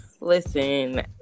Listen